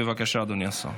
בבקשה, אדוני השר,